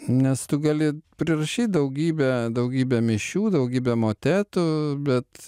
nes tu gali prirašyt daugybę daugybę mišių daugybę motetų bet